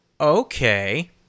Okay